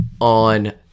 on